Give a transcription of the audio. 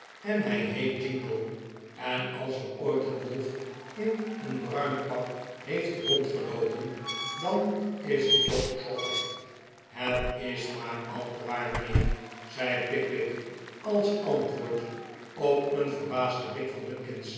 en hij heet jingle en als er ooit een wolf in een bruin pak heeft rondgeloopen dan is het job trotter het is maar al te waar mijnheer zei pickwick als antwoord op een verbaasden blik van